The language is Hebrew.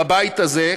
בבית הזה,